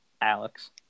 Alex